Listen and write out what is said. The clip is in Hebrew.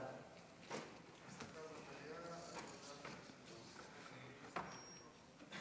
אבל אין אף חבר כנסת מהרשומים שידבר